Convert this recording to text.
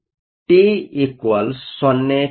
T 0 kelvin